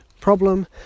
problem